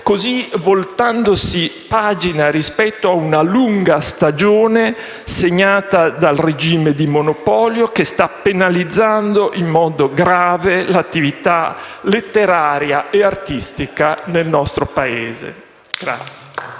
così voltandosi pagina rispetto a una lunga stagione segnata dal regime di monopolio, che sta penalizzando in modo grave l'attività letteraria e artistica nel nostro Paese.